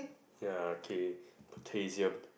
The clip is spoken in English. ya okay potassium